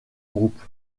groupes